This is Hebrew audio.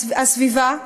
הסביבה,